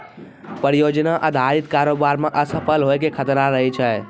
परियोजना अधारित कारोबार मे असफल होय के खतरा रहै छै